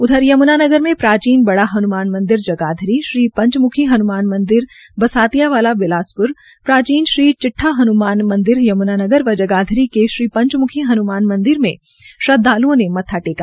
उधर यम्नानगर में प्राचीन कहा कि हनमान मंदिर जगाध्री श्री पंचमुखी हन्मान मंदिर बसातिया वाला बिलासप्र प्राचीन श्री चि ा हन्मान मंदिर यम्नानगर व जगाधरी के श्री पंचम्खी हन्मान में श्रद्वाल्ओं ने माथा टेका